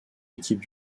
équipe